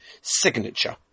signature